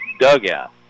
dugout